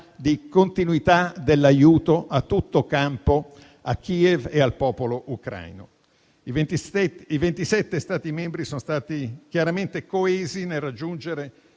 di continuità dell'aiuto a tutto campo a Kiev e al popolo ucraino. I 27 Stati membri sono stati chiaramente coesi nel raggiungere